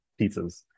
pizzas